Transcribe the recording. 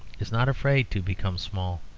is not afraid to become small.